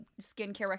skincare